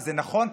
וזה נכון,